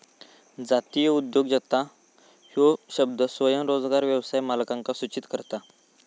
जातीय उद्योजकता ह्यो शब्द स्वयंरोजगार व्यवसाय मालकांका सूचित करता